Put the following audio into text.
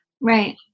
right